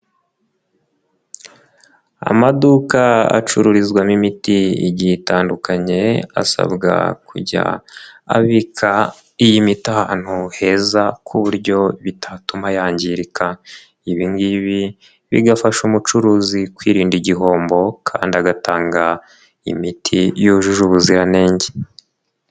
Amaduka acururizwamo imiti igiye itandukanye, asabwa kujya abika iyi miti ahantu heza ku buryo bitatuma yangirika. Ibi ngibi bigafasha umucuruzi kwirinda igihombo kandi agatanga imiti yujuje ubuziranenge.